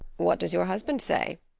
what does your husband say?